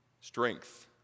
strength